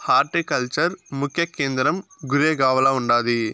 horticulture ముఖ్య కేంద్రం గురేగావ్ల ఉండాది